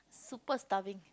super starving